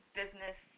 business